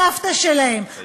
סבתא שלהם,